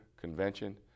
convention